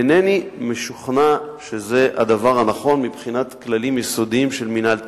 אינני משוכנע שזה הדבר הנכון מבחינת כללים יסודיים של מינהל תקין.